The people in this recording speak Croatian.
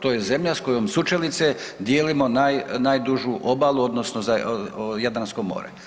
To je zemlja s kojom sučelice dijelimo najdužu obalu, odnosno Jadransko more.